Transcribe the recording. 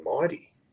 mighty